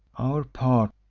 our part,